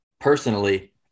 personally